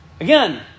Again